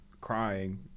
crying